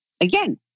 again